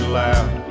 loud